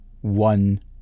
one